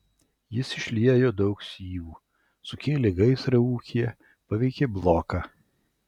jis išliejo daug syvų sukėlė gaisrą ūkyje paveikė bloką